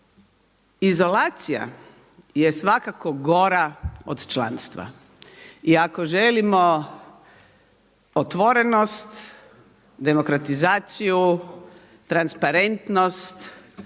Izolacija je svakako gora od članstva i ako želimo otvorenost, demokratizaciju, transparentnost